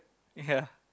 ya